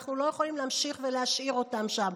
אנחנו לא יכולים להמשיך ולהשאיר אותם שם.